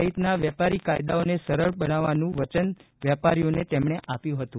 સહિતના વેપારી કાયદાઓને સરળ બનાવવાનું વચન વેપારીઓને તેમણે આપ્યું હતું